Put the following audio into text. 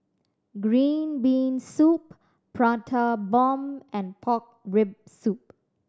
green bean soup Prata Bomb and pork rib soup